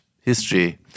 history